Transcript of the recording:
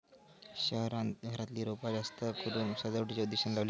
शहरांत घरातली रोपा जास्तकरून सजावटीच्या उद्देशानं लावली जातत